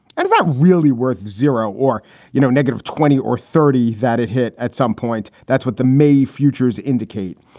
and it's not really worth zero or you know negative twenty or thirty that it hit at some point. that's what the may futures indicate.